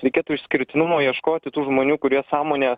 reikėtų išskirtinumo ieškoti tų žmonių kurie sąmonė